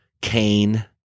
Cain